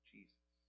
Jesus